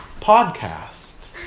podcast